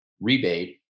rebate